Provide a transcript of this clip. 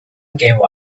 gave